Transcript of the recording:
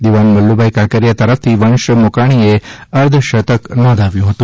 દિવાભ બલ્લુભાઇ કાંકરીયા તરફથી વંશ મોકાણીએ અર્ધશતક નોંધાવ્યું હતું